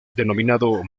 denominado